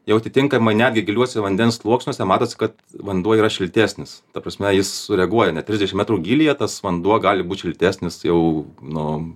jau atitinkamai netgi giliuose vandens sluoksniuose matosi kad vanduo yra šiltesnis ta prasme jis sureaguoja net trisdešim metrų gylyje tas vanduo gali būt šiltesnis jau nu